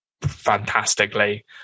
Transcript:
fantastically